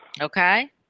okay